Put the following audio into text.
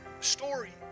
story